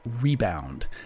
Rebound